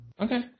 Okay